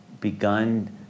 begun